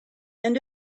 end